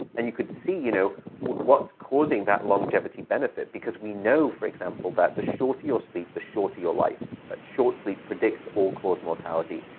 and you could see, you know, what's causing that longevity benefit. because we know for example that the shorter your sleep the shorter your life, that short sleep predicts all-cause mortality.